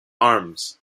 arms